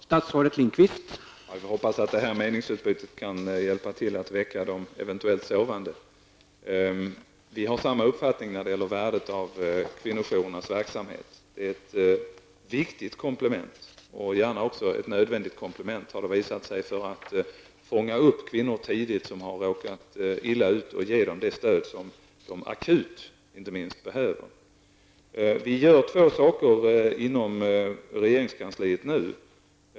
Herr talman! Jag hoppas att det här meningsutbytet kan hjälpa till att väcka de eventuellt sovande. Vi har samma uppfattning om värdet av kvinnojourernas verksamhet. Denna har visat sig vara ett viktigt komplement, säg gärna nödvändigt komplement, för att tidigt ge kvinnor som råkar illa ut det stöd som de inte minst akut behöver. Vi gör nu två saker på detta området inom regeringskansliet.